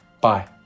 Bye